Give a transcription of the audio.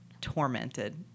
tormented